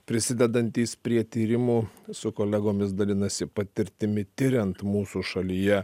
prisidedantys prie tyrimų su kolegomis dalinasi patirtimi tiriant mūsų šalyje